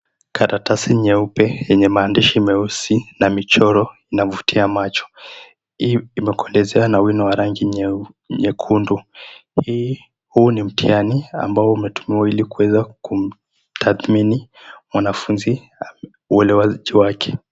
Karatasi nyeupe yenye maandishi meusi na michoro, inavutia macho. Hii imekolezewa na wino wa rangi nyekundu. Huu ni mtihani ambao umetumiwa kuweza kumtathmini mwanafunzi uelewaji wake.